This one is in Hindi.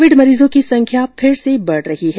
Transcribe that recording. कोविड मरीजों की संख्या फिर से बढ़ रही है